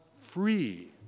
free